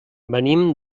venim